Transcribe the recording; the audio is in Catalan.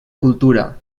cultura